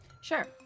Sure